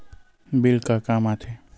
Bill का काम आ थे?